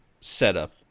setup